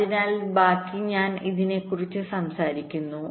അതിനാൽ ബാക്കി ഞാൻ ഇതിനെക്കുറിച്ച് സംസാരിക്കുന്നു